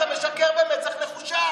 אתם לא עוברים את אחוז החסימה,